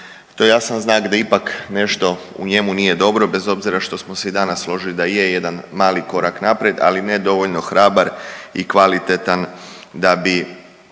To je jasan znak da ipak nešto u njemu nije dobro bez obzira što se i danas složili da je jedan mali korak naprijed, ali ne dovoljno hrabar i kvalitetan da bi